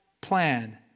plan